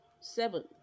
seven